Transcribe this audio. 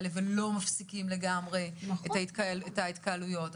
אנחנו לא מפסיקים לגמרי את ההתקהלויות.